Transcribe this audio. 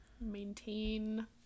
maintain